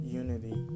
unity